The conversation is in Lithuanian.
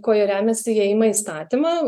kuo jie remiasi įeina įstatymą